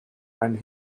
and